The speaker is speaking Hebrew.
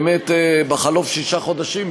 בחלוף שישה חודשים,